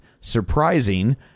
surprising